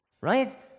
right